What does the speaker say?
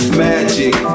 magic